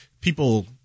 people –